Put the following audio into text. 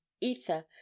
ether